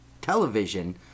television